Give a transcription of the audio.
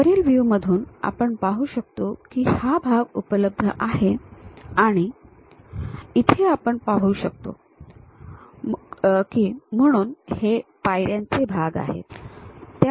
वरील व्ह्यू मधून आपण पाहू शकतो की हा भाग उपलब्ध आहे आणि इथे आपण पाहू शकतो हे पायऱ्यांचे भाग आहेत